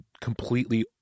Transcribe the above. completely